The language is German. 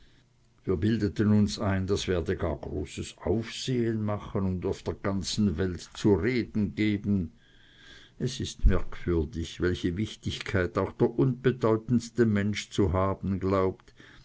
wir bildeten uns ein das werde gar großes aufsehen machen und der ganzen welt zu reden geben es ist merkwürdig welche wichtigkeit auch der unbedeutendste mensch zu haben glaubt